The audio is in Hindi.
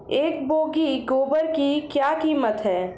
एक बोगी गोबर की क्या कीमत है?